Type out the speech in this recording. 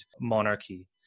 monarchy